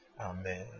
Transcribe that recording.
Amen